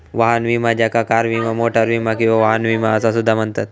वाहन विमा ज्याका कार विमा, मोटार विमा किंवा वाहन विमा असा सुद्धा म्हणतत